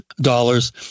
dollars